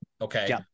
okay